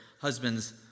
husband's